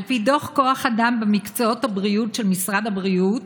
על פי דוח כוח אדם במקצועות הבריאות של משרד הבריאות,